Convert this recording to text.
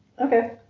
Okay